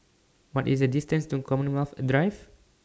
What IS The distance to Commonwealth Drive